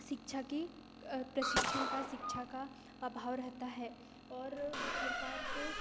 शिक्षा की प्रशिक्षण का शिक्षा का अभाव रहता है और सरकार को